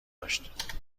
داشت